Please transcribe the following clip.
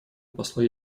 посла